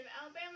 Alabama